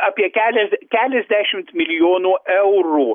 apie kelia keliasdešimt milijonų eurų